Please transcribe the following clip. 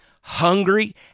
hungry